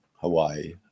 Hawaii